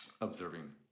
observing